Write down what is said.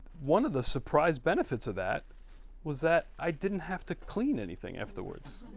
one of the surprise benefits of that was that i didn't have to clean anything afterwards.